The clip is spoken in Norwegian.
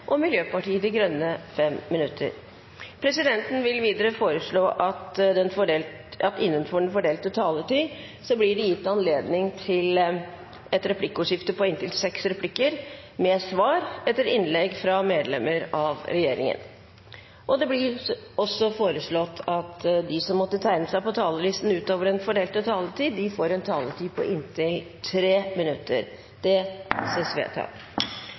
og Miljøpartiet De Grønne 5 minutter. Videre vil presidenten foreslå at det blir gitt anledning til replikkordskifte på inntil seks replikker med svar etter innlegg fra medlem av regjeringen innenfor den fordelte taletid. Videre blir det foreslått at de som måtte tegne seg på talerlisten utover den fordelte taletiden, får en taletid på inntil 3 minutter. – Det anses vedtatt.